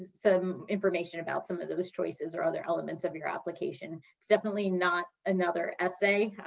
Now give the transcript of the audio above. some information about some of those choices or other elements of your application. it's definitely not another essay,